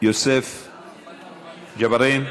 יוסף ג'בארין,